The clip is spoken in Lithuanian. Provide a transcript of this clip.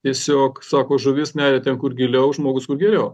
tiesiog sako žuvis neria ten kur giliau žmogus kur geriau